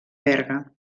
berga